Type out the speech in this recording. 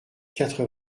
quatre